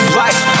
life